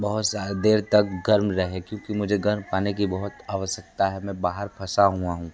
बहुत सारे देर तक गर्म रहे क्यूोंकि मुझे गर्म पानी की बहुत आवश्यकता है मैं बाहर फंसा हुआ हूँ